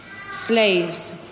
Slaves